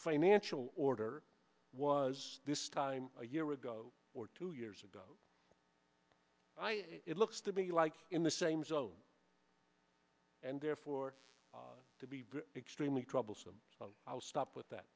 financial order was this time a year ago or two years ago it looks to be like in the same zone and therefore to be extremely troublesome i'll stop with that